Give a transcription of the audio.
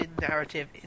narrative